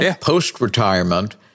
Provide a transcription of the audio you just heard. post-retirement